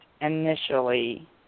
initially